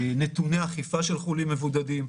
נתוני אכיפה של חולים מבודדים,